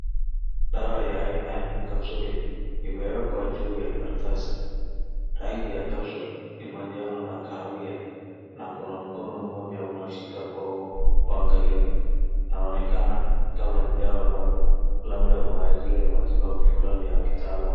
Dawa ya aina ya kapsuli imewekwa juu ya karatasi. Rangi ya capsule ni majano na kahawia na kuna mkono mmoja unashika kwa uangalifu. Inaonekana kama ni dawa maalum labda kwa ajili ya matibabu fulani ya kitaalam.